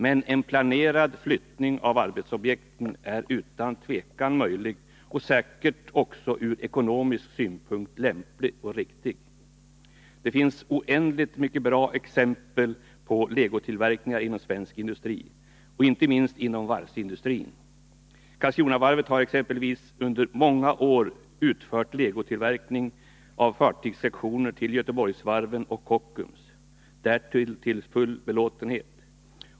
Men en planerad flyttning av arbetsobjekt är utan tvivel möjlig och ur ekonomisk synpunkt säkerligen lämplig och riktig. Det finns oändligt många bra exempel på legotillverkningar inom svensk industri och inte minst inom varvsindustrin. Karlskronavarvet har exempelvis under många år — till full belåtenhet — utfört legotillverkning av fartygssektioner till Göteborgsvarven och Kockums.